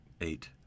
Eight